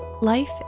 life